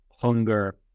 hunger